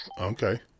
okay